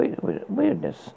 weirdness